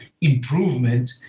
improvement